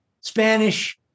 Spanish